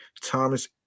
Thomas